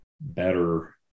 better